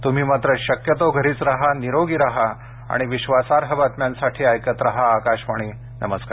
तुम्ही मात्र शक्यतो घरीच राहा निरोगी राहा आणि विश्वासार्ह बातम्यांसाठी ऐकत राहा आकाशवाणी नमस्कार